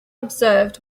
observed